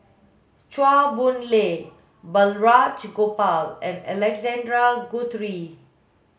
Chua Boon Lay Balraj Gopal and Alexander Guthrie